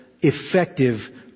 effective